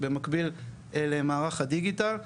במקביל למערך הדיגיטל,